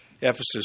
Ephesus